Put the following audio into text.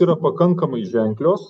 yra pakankamai ženklios